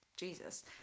jesus